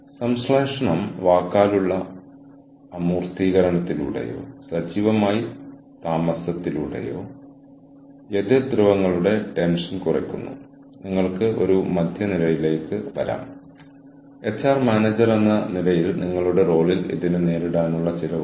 ഇതിനുള്ള വെല്ലുവിളികൾ വ്യക്തികളുടെ മേൽ വിവിധ പങ്കാളികളിൽ നിന്ന് ഒന്നിലധികം സമയ ടാർഗെറ്റ് ആവശ്യങ്ങൾ ഉണ്ട് ഇത് രണ്ട് സമന്വയങ്ങളും സൃഷ്ടിച്ചേക്കാം അത് ഇരുവർക്കും മൂല്യം സൃഷ്ടിക്കുന്നു ഒപ്പം സംഘർഷങ്ങൾ ആരുടെ ആവശ്യം ആദ്യം സേവനത്തിന് എടുക്കണം മുതലായവ